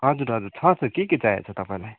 हजुर हजुर छ छ के के चाहिएको छ तपाईँलाई